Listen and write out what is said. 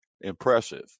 impressive